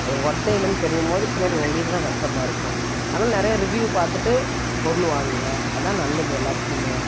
அது ஒர்த்தே இல்லைன்னு தெரியும் போது பின்னாடி உங்களுக்கு தான் கஷ்டமாக இருக்கும் அதனால் நிறையா ரிவ்யூவ் பார்த்துட்டு பொருள் வாங்குங்க அதுதான் நல்லது எல்லாத்துக்குமே